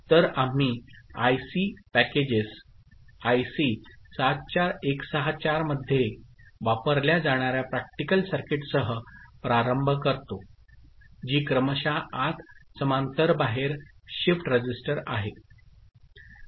तर आम्ही IC packages IC 74164 मध्ये वापरल्या जाणार्या प्रॅक्टिकल सर्किटसह प्रारंभ करतो जी क्रमशः आत समांतर बाहेर शिफ्ट रजिस्टर आहे